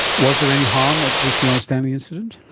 was there any harm at the fiona stanley incident?